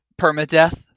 permadeath